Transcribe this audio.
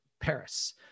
paris